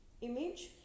image